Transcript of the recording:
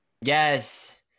Yes